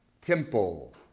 temple